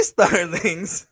Starlings